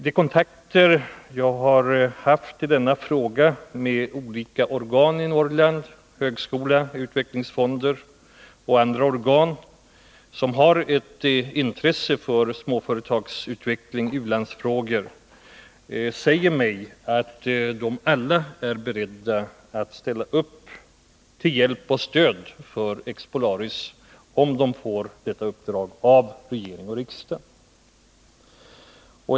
De kontakter jag har haft i denna fråga med olika organ i Norrland — högskola, utvecklingsfonder och andra — som har ett intresse för småföretags utveckling i u-landsfrågor säger mig att de alla är beredda att ställa upp till hjälp och stöd för Expolaris, om Expolaris får detta uppdrag av regering och riksdag.